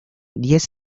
diez